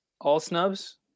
all-snubs